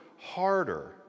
harder